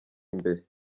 imbere